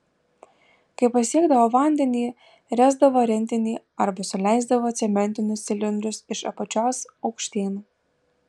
kai pasiekdavo vandenį ręsdavo rentinį arba suleisdavo cementinius cilindrus iš apačios aukštyn